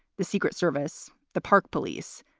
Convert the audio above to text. the secret service, the park police,